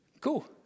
Cool